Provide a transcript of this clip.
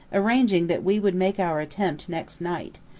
arranging that we would make our attempt next night,